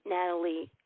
Natalie